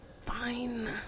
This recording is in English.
Fine